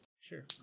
sure